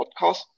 podcast